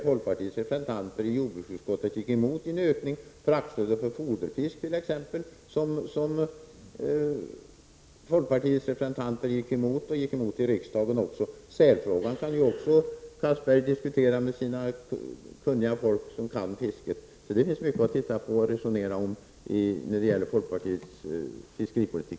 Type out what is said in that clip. Men i jordbruksutskottet gick folkpartiets representanter emot en ökning av laxstödet och stödet till foderfisk. Sälfrågan kan Anders Castberger diskutera med den som kan fiske. Det finns mycket att titta på och resonera om vad beträffar folkpartiets fiskeripolitik.